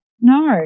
No